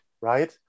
right